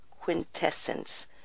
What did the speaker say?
quintessence